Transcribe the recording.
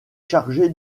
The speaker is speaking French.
chargé